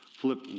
flip